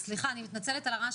ולהגיד תודה רבה,